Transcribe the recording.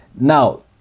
Now